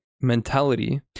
mentality